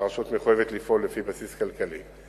והרשות מחויבת לפעול לפי בסיס כלכלי,